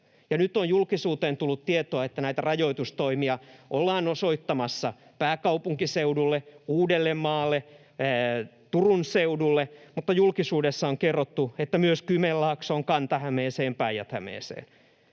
nyt on julkisuuteen tullut tietoa, että näitä rajoitustoimia ollaan osoittamassa pääkaupunkiseudulle, Uudellemaalle, Turun seudulle — mutta julkisuudessa on kerrottu, että myös Kymenlaaksoon, Kanta-Hämeeseen, Päijät-Hämeeseen.